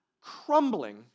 crumbling